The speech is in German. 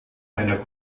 einer